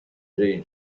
jay